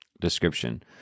description